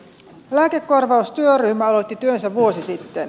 lääkekorvaustyöryhmä aloitti työnsä vuosi sitten